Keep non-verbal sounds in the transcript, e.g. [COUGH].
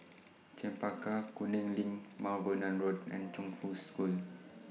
Chempaka Kuning LINK Mount Vernon Road and Chongfu School [NOISE]